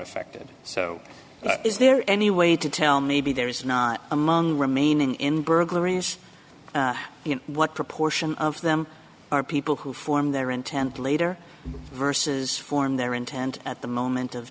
affected so is there any way to tell maybe there is not among remaining in burglaries what proportion of them are people who form their intent later verses form their intent at the moment of